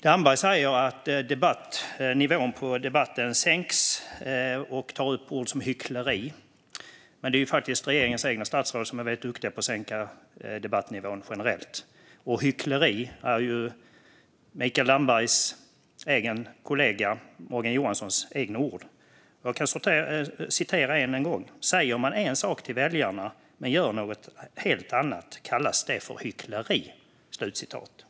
Damberg säger att nivån på debatten sänks och tar upp ord som hyckleri, men det är faktiskt regeringens egna statsråd som är väldigt duktiga på att sänka debattnivån generellt. Hyckleri är ju Mikael Dambergs kollega Morgan Johanssons eget ord. Jag kan citera honom än en gång: "Säger man en sak till väljarna men gör något helt annat kallas det för hyckleri."